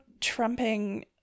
trumping